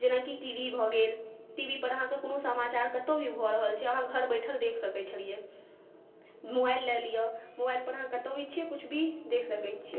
जेनाकि टीवी भऽ गेल टीवी पर अहाँकेँ कोनो समाचार कतौ भी भऽ रहल छै अहाँ घर बैठल देख सकै छलियै मोबाइल लए लिअ मोबाइल पर कतौ भी छियै किछु भी देख सकै छियै